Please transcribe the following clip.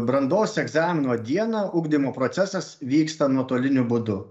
brandos egzamino dieną ugdymo procesas vyksta nuotoliniu būdu